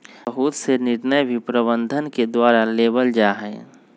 बहुत से निर्णय भी प्रबन्धन के द्वारा लेबल जा हई